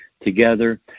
together